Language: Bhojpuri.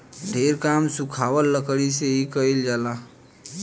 ढेर काम सुखावल लकड़ी से ही कईल जाला